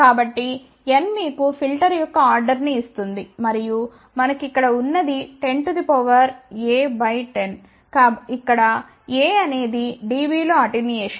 కాబట్టి n మీకు filter యొక్క ఆర్డర్ ని ఇస్తుంది మరియు మనకు ఇక్కడ ఉన్నది 10A10 ఇక్కడ A అనేది dB లో అటెన్యుయేషన్